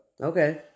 Okay